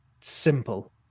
simple